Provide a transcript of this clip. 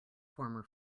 former